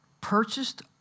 Purchased